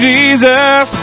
Jesus